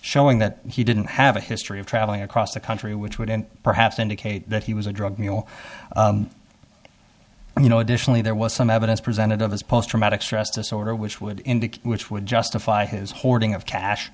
showing that he didn't have a history of traveling across the country which wouldn't perhaps indicate that he was a drug mule and you know additionally there was some evidence presented of his post traumatic stress disorder which would indicate which would justify his hoarding of cash